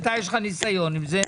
אתה יש לך ניסיון עם זה.